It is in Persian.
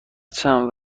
چند